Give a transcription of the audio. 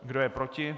Kdo je proti?